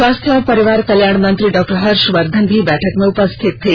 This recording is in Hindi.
स्वास्थ्य और परिवार कल्याण मंत्री डॉक्टर हर्षवर्धन भी बैठक में उपस्थित थे